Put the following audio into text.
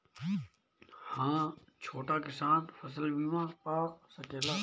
हा छोटा किसान फसल बीमा पा सकेला?